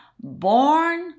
born